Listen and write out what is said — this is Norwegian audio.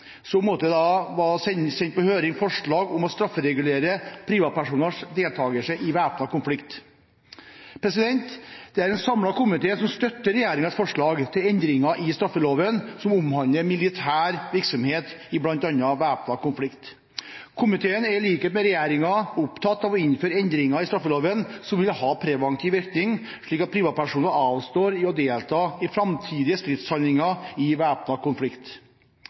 konflikt. Det er en samlet komité som støtter regjeringens forslag til endringer i straffeloven som omhandler militær virksomhet i bl.a. væpnet konflikt. Komiteen er i likhet med regjeringen opptatt av å innføre endringer i straffeloven som vil ha preventiv virkning, slik at privatpersoner avstår fra å delta i framtidige stridshandlinger i væpnet konflikt.